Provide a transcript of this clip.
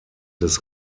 des